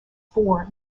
four